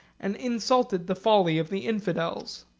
and insulted the folly of the infidels.